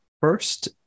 first